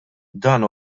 dan